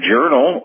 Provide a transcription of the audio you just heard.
Journal